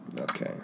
Okay